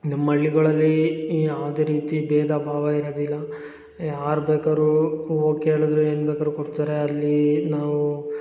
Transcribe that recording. ನಮ್ಮ ಹಳ್ಳಿಗಳಲ್ಲಿ ಯಾವುದೇ ರೀತಿ ಬೇಧ ಭಾವ ಇರದಿಲ್ಲ ಯಾರು ಬೇಕಾರೂ ಹೋಗಿ ಕೇಳಿದ್ರೆ ಏನು ಬೇಕಾದರು ಕೊಡ್ತಾರೆ ಅಲ್ಲಿ ನಾವು